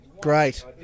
Great